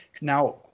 Now